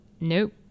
nope